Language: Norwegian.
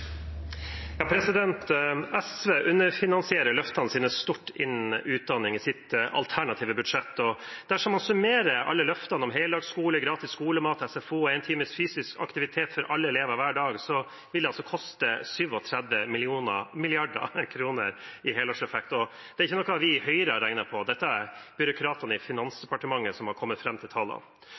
SV underfinansierer løftene sine stort innenfor utdanning i sitt alternative budsjett. Dersom man summerer alle løftene om heldagsskole, gratis skolemat og SFO, en times fysisk aktivitet for alle elever hver dag, så vil det altså koste 37 mrd. kr i helårseffekt. Dette er ikke noe vi i Høyre har regnet på, det er byråkratene i Finansdepartementet som har kommet fram til tallene.